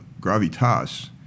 gravitas